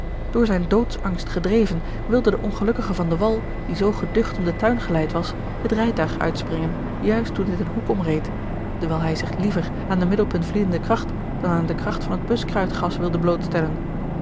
door zijn doodsangst gedreven wilde de ongelukkige van de wall die zoo geducht om den tuin geleid was het rijtuig uitspringen juist toen dit een boek omreed dewijl hij zich liever aan de middelpuntvliedende kracht dan aan de kracht van het buskruidgas wilde